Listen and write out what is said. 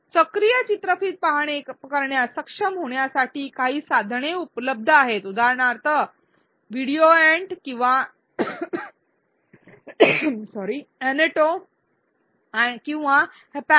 सक्रिय चित्रफित पाहणे करण्यास सक्षम होण्यासाठी काही साधने उपलब्ध आहेत उदाहरणार्थ व्हिडिओएन्ट किंवा अँनोटो किंवा हॅप्यॅक